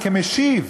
כמשיב?